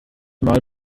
mal